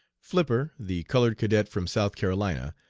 flipper, the colored cadet from south carolina,